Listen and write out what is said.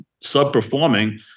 sub-performing